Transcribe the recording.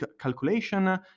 calculation